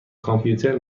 کامپیوتر